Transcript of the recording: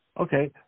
Okay